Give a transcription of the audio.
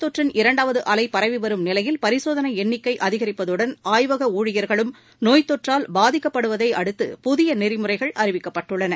தொற்றின் இரண்டாவது அலை பரவிவரும் நிலையில் பரிசோதனை எண்ணிக்கை நோய் அதிகிப்பதுடன் ஆய்வக ஊழியர்களும் நோய் தொற்றால் பாதிக்கப்படுவதை அடுத்து புதிய நெறிமுறைகள் அறிவிக்கப்பட்டுள்ளன